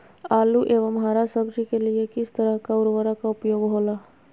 आलू एवं हरा सब्जी के लिए किस तरह का उर्वरक का उपयोग होला?